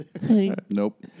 Nope